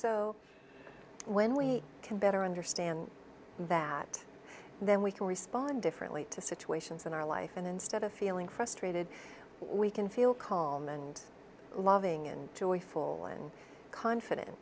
so when we can better understand that then we can respond differently to situations in our life and instead of feeling frustrated we can feel calm and loving and joyful and confident